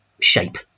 shape